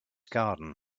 garden